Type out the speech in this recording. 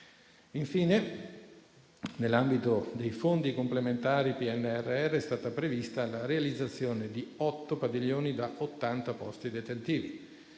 posti. Nell'ambito dei fondi complementari al PNRR, è stata prevista la realizzazione di otto padiglioni da 80 posti detentili,